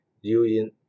using